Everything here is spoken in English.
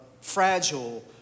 fragile